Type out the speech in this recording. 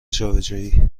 جابجایی